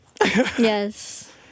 Yes